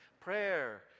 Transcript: Prayer